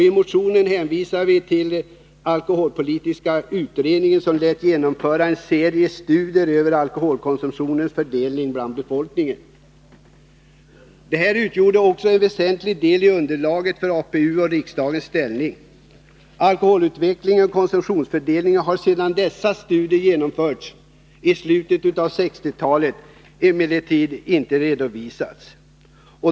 I motionen hänvisar vi till att alkoholpolitiska utredningen lät införa en serie studier över alkoholkonsumtionens fördelning bland befolkningen. Detta utgjorde en väsentlig del av underlaget för APU:s och riksdagens ställningstagande. Alkoholutvecklingen och konsumtionsfördelningen har sedan dessa studier genomfördes i slutet av 1960-talet emellertid inte redovisats.